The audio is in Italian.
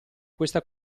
questa